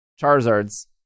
Charizard's